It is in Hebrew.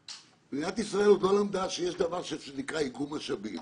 מדינת ישראל עוד לא למדה שיש דבר כזה שנקרא איגום משאבים.